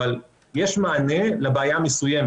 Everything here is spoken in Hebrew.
אבל יש מענה לבעיה המסוימת.